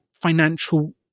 financial